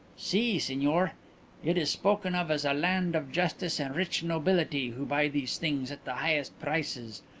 si, signor. it is spoken of as a land of justice and rich nobility who buy these things at the highest prices.